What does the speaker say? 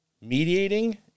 mediating